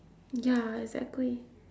ya exactly